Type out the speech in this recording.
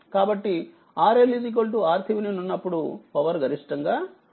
కాబట్టిRLRThevenin ఉన్నప్పుడు పవర్ గరిష్టంగా ఉంటుంది